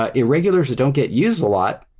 ah irregulars that don't get use a lot,